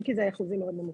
אם כי זה אחוזים מאוד נמוכים.